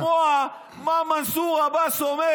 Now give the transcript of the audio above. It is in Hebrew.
לשמוע מה מנסור עבאס אומר